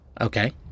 Okay